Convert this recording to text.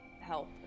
help